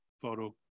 photo